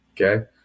Okay